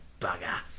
bugger